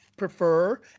prefer